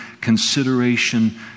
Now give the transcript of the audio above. consideration